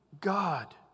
God